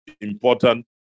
important